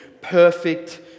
perfect